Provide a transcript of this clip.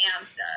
answer